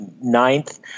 ninth